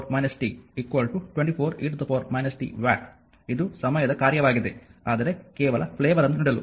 ಆದ್ದರಿಂದಇದು 122 e t 24 e t watt ಇದು ಸಮಯದ ಕಾರ್ಯವಾಗಿದೆ ಆದರೆ ಕೇವಲ ಫ್ಲೇವರ್ ಅನ್ನು ನೀಡಲು